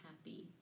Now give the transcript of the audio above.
happy